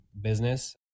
business